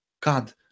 God